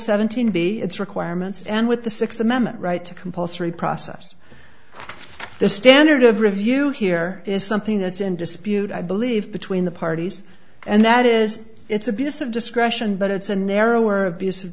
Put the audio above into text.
seventeen b it's requirements and with the sixth amendment right to compulsory process the standard of review here is something that's in dispute i believe between the parties and that is it's abuse of discretion but it's a narrower abuse of